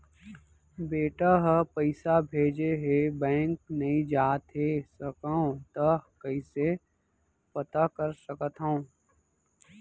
बेटा ह पइसा भेजे हे बैंक नई जाथे सकंव त कइसे पता कर सकथव?